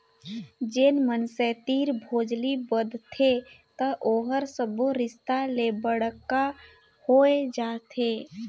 जेन मइनसे तीर भोजली बदथे त ओहर सब्बो रिस्ता ले बड़का होए जाथे